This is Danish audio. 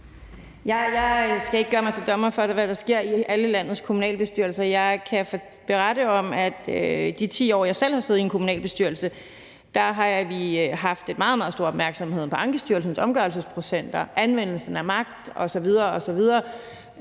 Jeg skal ikke gøre mig til dommer over, hvad der sker i alle landets kommunalbestyrelser. Jeg kan berette om, at i de 10 år, hvor jeg selv sad i en kommunalbestyrelse, havde vi meget, meget stor opmærksomhed på Ankestyrelsens omgørelsesprocenter, anvendelsen af magt osv. osv.